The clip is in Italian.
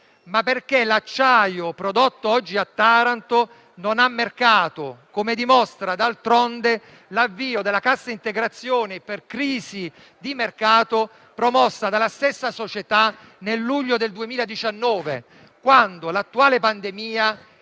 ma perché l'acciaio prodotto oggi a Taranto non ha mercato, come dimostra, d'altronde, l'avvio della cassa integrazione per crisi di mercato promossa dalla stessa società nel luglio del 2019, quando l'attuale pandemia